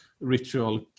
ritual